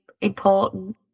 important